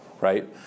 right